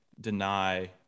deny